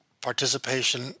participation